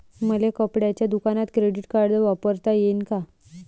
मले कपड्याच्या दुकानात क्रेडिट कार्ड वापरता येईन का?